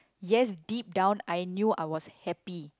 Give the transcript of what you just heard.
yes deep down I knew I was happy